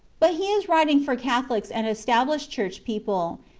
but he is writing for catholics and established church people,